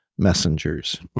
Messengers